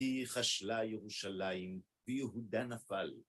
‫היא חשלה ירושלים ויהודה נפל.